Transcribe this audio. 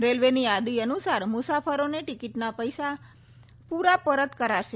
રેલવેની યાદી અનુસાર મુસાફરોને ટિકિટના પૂરા પૈસા પરત કરાશે